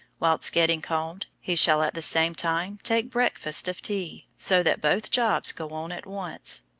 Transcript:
whilst getting combed, he shall at the same time take breakfast of tea, so that both jobs go on at once,